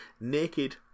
naked